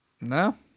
No